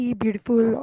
beautiful